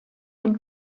dem